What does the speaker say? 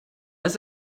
als